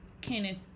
Kenneth